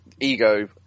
ego